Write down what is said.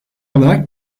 olarak